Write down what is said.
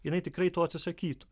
jinai tikrai to atsisakytų